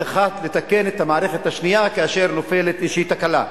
אחת לתקן את המערכת השנייה כאשר נופלת איזושהי תקלה.